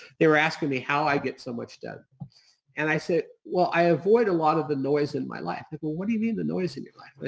they were asking me how i get so much done and i say, well, i avoid a lot of the noise in my life. like well, what do you mean the noise in your life?